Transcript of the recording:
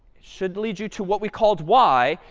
should lead you to what we called y.